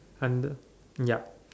and the ya